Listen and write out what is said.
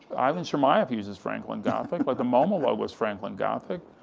ivan chermayeff uses franklin gothic, but the moma logo was franklin gothic.